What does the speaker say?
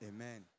Amen